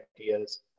ideas